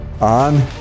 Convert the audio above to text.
on